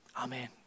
Amen